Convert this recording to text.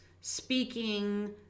speaking